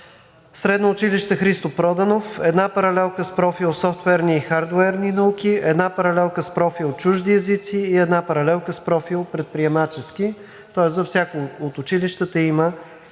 Средно училище „Христо Проданов“ – една паралелка с профил „Софтуерни и хардуерни науки“; една паралелка с профил „Чужди езици“ и една паралелка с профил „Предприемачески“. Тоест във всяко от училищата има